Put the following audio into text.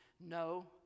No